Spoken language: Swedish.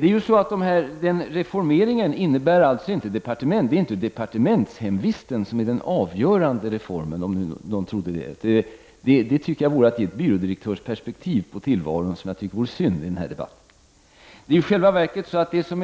Departementshemvistet utgör inte den avgörande reformen, om nu någon trodde det. Det tycker jag vore att ha ett byrådirektörsperspektiv på tillvaron, vilket jag tycker vore synd i denna debatt. Det